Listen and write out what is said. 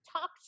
Talk